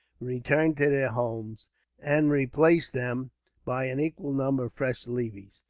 return to their homes and replace them by an equal number of fresh levies,